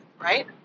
right